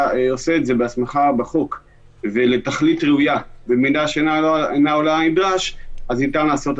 שלומדים בחו"ל, לא משנה באיזו